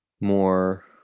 more